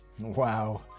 Wow